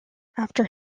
after